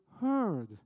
heard